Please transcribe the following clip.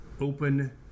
open